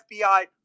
FBI